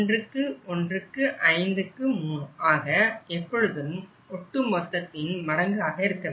1153 ஆக எப்பொழுதும் ஒட்டுமொத்தத்தின் மடங்காக இருக்கும்